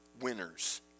winners